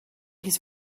his